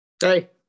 Hey